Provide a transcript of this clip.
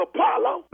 Apollo